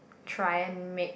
try and make